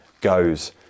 goes